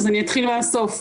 אז אני אתחיל לאסוף.